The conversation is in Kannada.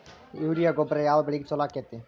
ಯೂರಿಯಾ ಗೊಬ್ಬರ ಯಾವ ಬೆಳಿಗೆ ಛಲೋ ಆಕ್ಕೆತಿ?